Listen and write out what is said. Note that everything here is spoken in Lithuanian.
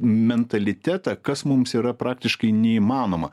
mentalitetą kas mums yra praktiškai neįmanoma